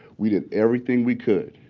we did everything we could.